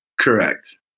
Correct